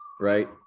right